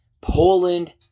Poland